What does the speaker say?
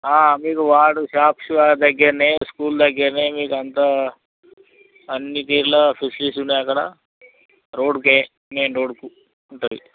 మీరు ward shops దగ్గర school దగ్గర మీకు అంతా అన్ని తీరులో ఫెసిలిటీస్ ఉన్నాయి అక్కడ రోడ్కు మెయిన్ రోడ్కు ఉంటుంది